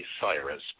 Cyrus